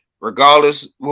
regardless